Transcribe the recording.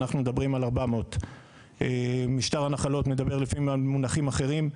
ואנחנו מדברים על 400. משטר הנחלות מדבר לפעמים על מונחים אחרים,